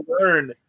learn